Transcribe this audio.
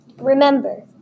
Remember